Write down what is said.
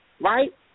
right